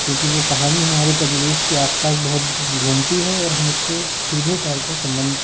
क्योंकि वह कहानी हमारे परिवेश के आस पास बहुत घूमती है और हम उससे सीधे तौर पर संबंध